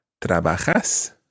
Trabajas